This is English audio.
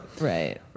right